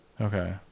Okay